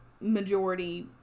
Majority